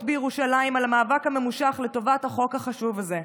בירושלים על המאבק הממושך לטובת החוק החשוב הזה.